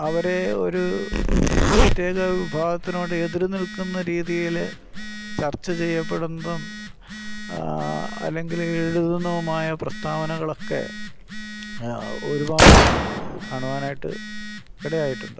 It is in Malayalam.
അവരെ ഒരു പ്രത്യേക വിഭാഗത്തിനോട് എതിര് നിൽക്കുന്ന രീതിയിൽ ചർച്ചചെയ്യപ്പെടുന്നതും അല്ലെങ്കിൽ എഴുതുന്നതുമായ പ്രസ്താവനകളൊക്കെ ഒരുപാട് കാണുവാനായിട്ട് ഇടയായിട്ടുണ്ട്